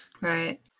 Right